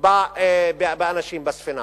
באנשים בספינה.